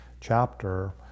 chapter